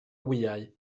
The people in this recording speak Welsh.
wyau